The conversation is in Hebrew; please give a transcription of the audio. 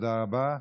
תודה רבה.